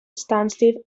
stansted